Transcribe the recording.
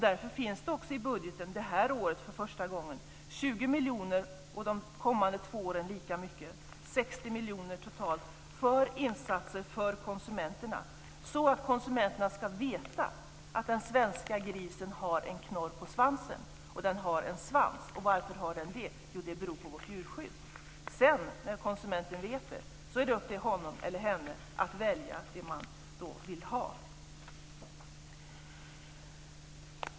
Därför finns det också i budgeten det här året för första gången 20 miljoner och de kommande två åren lika mycket, 60 miljoner totalt, för insatser för konsumenterna så att konsumenterna ska veta att den svenska grisen har en knorr på svansen och har en svans. Varför har den den? Jo, det beror på vårt djurskydd. När konsumenten vet det är det upp till honom eller henne att välja det man vill ha.